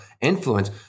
influence